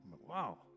Wow